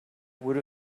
would